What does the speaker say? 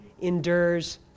endures